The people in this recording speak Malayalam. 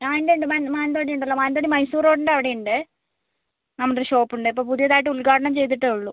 ഉണ്ട് ഉണ്ട് മാനന്തവാടി ഉണ്ടല്ലോ മാനന്തവാടി മൈസൂർ റോഡിൻ്റെ അവിടെ ഉണ്ട് നമ്മുടൊരു ഷോപ്പ് ഉണ്ട് ഇപ്പം പുതിയതായിട്ട് ഉദ്ഘാടനം ചെയ്തിട്ടേ ഉള്ളൂ